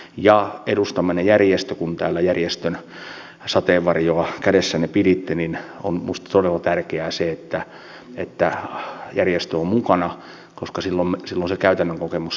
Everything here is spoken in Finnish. ja kun täällä edustamanne järjestön sateenvarjoa kädessänne piditte niin minusta on todella tärkeää se että järjestö on mukana koska silloin se käytännön kokemus saadaan